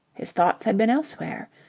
his thoughts had been elsewhere.